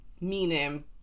Meaning